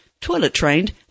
toilet-trained